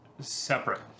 separate